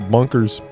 Bunkers